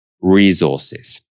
resources